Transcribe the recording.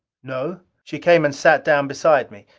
no. she came and sat down beside me.